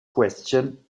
question